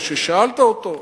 או ששאלת אותו,